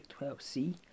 12C